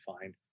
find